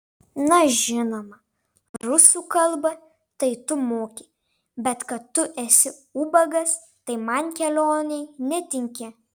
na žinoma rusų kalbą tai tu moki bet kad tu esi ubagas tai man kelionei netinki